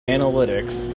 analytics